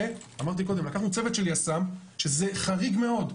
אמרתי קודם, לקחנו צוות של יס"מ, שזה חריג מאוד,